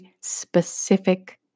specific